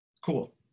Cool